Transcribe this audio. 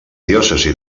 diòcesi